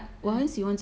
mm